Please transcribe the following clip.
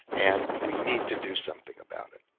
and we need to do something about it.